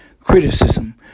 criticism